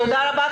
תודה רבה,